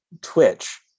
Twitch